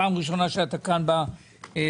פעם ראשונה שאתה כאן בוועדה.